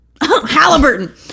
Halliburton